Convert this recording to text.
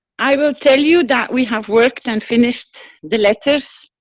i will tell you that we have worked and finished the letters,